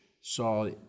saw